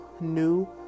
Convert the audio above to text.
new